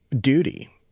duty